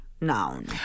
noun